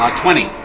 um twenty!